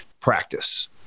practice